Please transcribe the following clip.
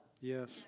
Yes